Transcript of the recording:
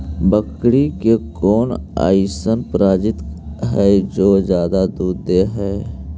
बकरी के कौन अइसन प्रजाति हई जो ज्यादा दूध दे हई?